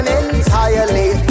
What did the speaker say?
entirely